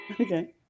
Okay